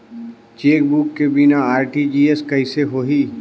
Chequebook के बिना RTGS कइसे होही?